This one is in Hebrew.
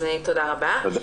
תודה רבה.